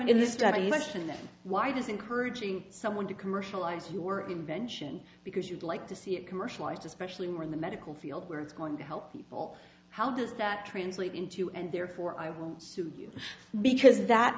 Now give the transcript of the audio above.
then why does encouraging someone to commercialize you were invention because you'd like to see it commercialised especially more in the medical field where it's going to help people how does that translate into and therefore i will sue you because that